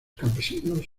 campesinos